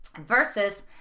versus